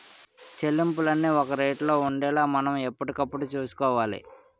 చెల్లింపులన్నీ ఒక రేటులో ఉండేలా మనం ఎప్పటికప్పుడు చూసుకోవాలి